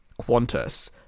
Qantas